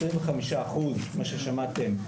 25% מה ששמעתם,